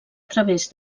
través